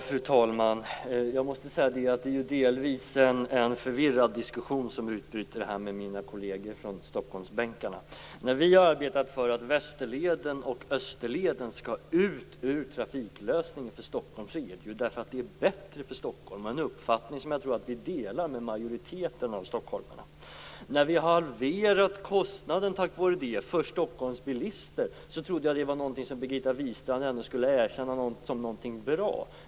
Fru talman! Jag måste säga att det är en delvis förvirrad diskussion som utbryter här med mina kolleger från Stockholmsbänken. Att vi har arbetat för att Västerleden och Österleden skall bort från trafiklösningen för Stockholm är ju därför att det är bättre för Stockholm - en uppfattning som jag tror att vi delar med majoriteten av stockholmarna. Att vi tack vare det har halverat kostnaderna för Stockholms bilister, trodde jag var någonting som Birgitta Wistrand skulle erkänna som någonting bra.